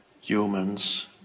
humans